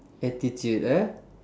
attitude ah